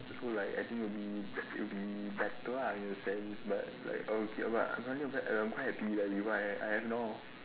so like as I think will be it would be better lah in a sense but like okay but other than that I'm quite happy that with what I have I have now